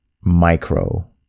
micro